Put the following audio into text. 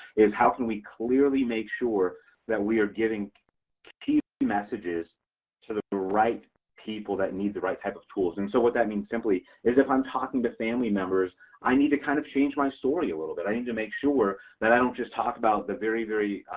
is how can we clearly make sure that we are giving key messages to the right people that need the right type of tools and so what that means simply is if i'm talking to family members i need to kind of change my story a little bit i need to make sure that i don't just talk about the very very